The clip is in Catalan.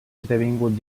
esdevingut